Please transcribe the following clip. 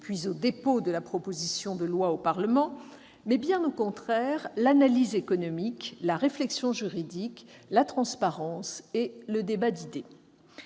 puis au dépôt de la proposition de loi au Parlement, mais, bien au contraire, l'analyse économique, la réflexion juridique, la transparence et le débat d'idées.